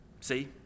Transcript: See